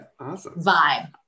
vibe